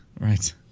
Right